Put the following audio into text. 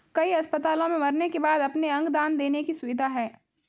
कई अस्पतालों में मरने के बाद अपने अंग दान देने की सुविधा है